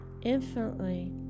Infinitely